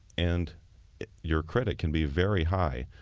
and your credit can be very high.